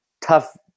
tough